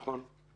נכון?